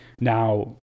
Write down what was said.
Now